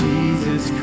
Jesus